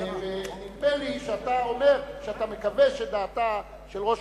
ונדמה לי שאתה אומר שאתה מקווה שדעתה של ראש